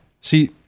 See